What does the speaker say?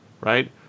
right